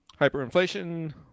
hyperinflation